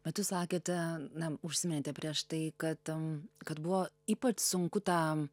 bet jūs sakėte nam užsimetė prieš tai kad am kad buvo ypač sunku tam